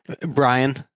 Brian